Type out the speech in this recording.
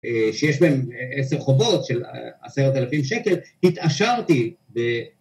שיש בהם עשר חובות של עשרת אלפים שקל, התעשרתי ב